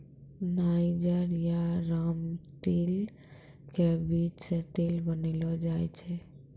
niger या रामतिल के बीज सॅ तेल बनैलो जाय छै